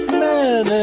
men